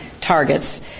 targets